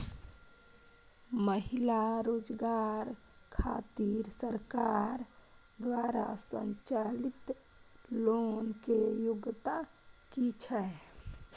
महिला रोजगार खातिर सरकार द्वारा संचालित लोन के योग्यता कि छै?